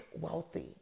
wealthy